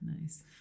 nice